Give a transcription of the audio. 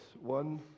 One